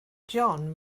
john